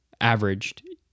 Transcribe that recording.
averaged